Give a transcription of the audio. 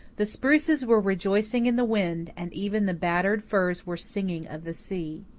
the spruces were rejoicing in the wind, and even the battered firs were singing of the sea.